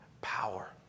power